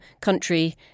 country